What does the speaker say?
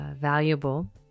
valuable